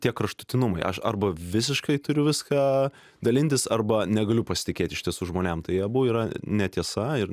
tie kraštutinumai aš arba visiškai turiu viską dalintis arba negaliu pasitikėti iš tiesų žmonėm tai abu yra netiesa ir